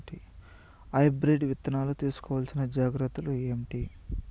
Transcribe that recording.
Hybrid విత్తనాలు తీసుకోవాల్సిన జాగ్రత్తలు ఏంటి?